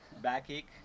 backache